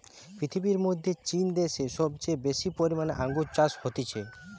পৃথিবীর মধ্যে চীন দ্যাশে সবচেয়ে বেশি পরিমানে আঙ্গুর চাষ হতিছে